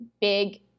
big